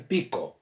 Pico